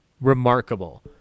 remarkable